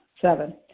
Seven